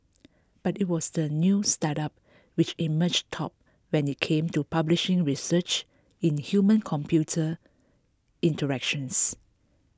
but it was the new startup which emerged top when it came to publishing research in human computer interactions